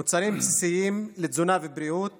מוצרים בסיסיים של תזונה ובריאות